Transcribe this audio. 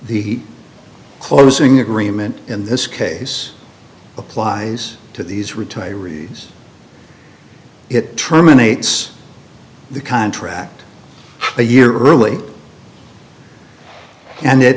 the closing agreement in this case applies to these retirees it terminates the contract a year early and it